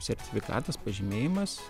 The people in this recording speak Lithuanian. sertifikatas pažymėjimas